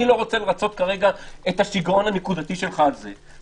אני לא רוצה לרצות כרגע את השיגעון הנקודתי שלך על זה,